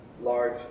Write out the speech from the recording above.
large